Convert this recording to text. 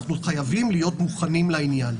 אנחנו חייבים להיות מוכנים לעניין.